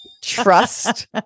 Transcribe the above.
trust